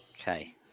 Okay